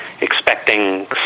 expecting